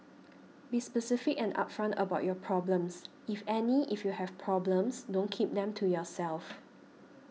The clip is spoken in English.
be specific and upfront about your problems if any if you have problems don't keep them to yourself